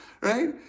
right